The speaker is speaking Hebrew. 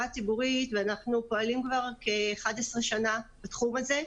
הציבורית ואנחנו פועלים כבר כ-11 שנה בתחום הזה.